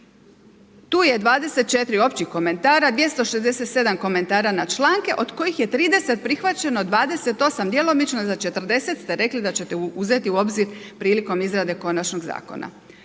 Tu je 24 općih komentara, 267 komentara na članke, od kojih je 30 prihvaćeno, 28 djelomično, za 40 ste rekli da ćete uzeti u obzir prilikom izrade konačnog zakona.